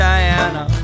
Diana